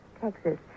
Texas